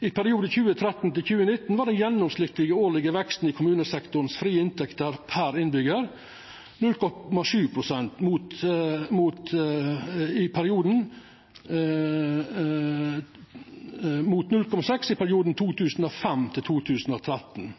I perioden 2013–2019 var den gjennomsnittlege årlege veksten i kommunesektoren sine frie inntekter per innbyggjar på 0,7 pst., mot 0,6 pst. i perioden 2005–2013.